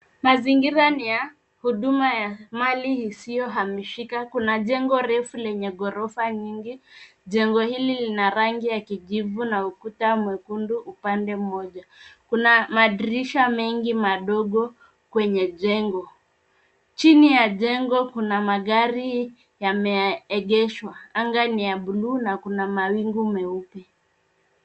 Mazingira ni ya huduma ya mali isiyohamishika. Kuna jengo refu lenye ghorofa nyingi. Jengo hili lina rangi ya kijivu na ukuta mwekundu upande mmoja. Kuna madirisha mengi madogo kwenye jengo. Chini ya jengo kuna magari yameegeshwa. Anga ni ya buluu na kuna mawingu meupe.